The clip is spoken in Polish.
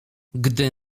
gdy